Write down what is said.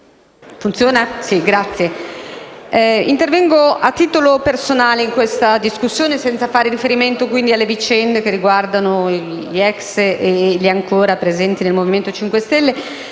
Signor Presidente, intervengo a titolo personale in questa discussione, senza far riferimento alle vicende che riguardano gli ex e gli ancora presenti nel Movimento 5 Stelle,